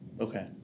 Okay